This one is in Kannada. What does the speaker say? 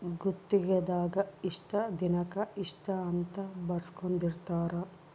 ಗುತ್ತಿಗೆ ದಾಗ ಇಷ್ಟ ದಿನಕ ಇಷ್ಟ ಅಂತ ಬರ್ಸ್ಕೊಂದಿರ್ತರ